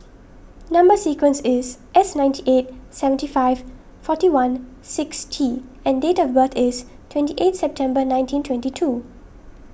Number Sequence is S ninety eight seventy five forty one six T and date of birth is twenty eight September nineteen twenty two